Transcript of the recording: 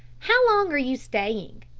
how long are you staying?